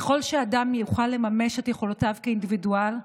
ככל שאדם יוכל לממש את יכולותיו כאינדיבידואל,